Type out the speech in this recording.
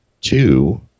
two